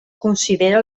considera